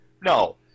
No